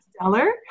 stellar